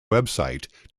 website